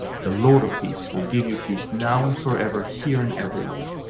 the lord of peace will give you peace now and forever here and everywhere.